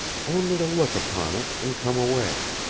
only to look upon it, and come away.